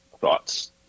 thoughts